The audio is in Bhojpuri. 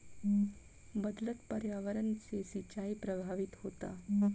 बदलत पर्यावरण से सिंचाई प्रभावित होता